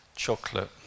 Chocolate